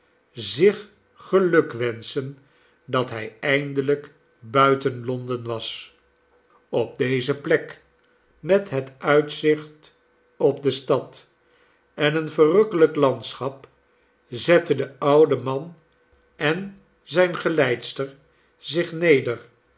zich geluk wenschen dat hij eindelijk buiten londen was op deze plek met het uitzicht op de stad en een verrukkelijk landschap zetten de oude man en zijne geleidster zich neder